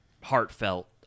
heartfelt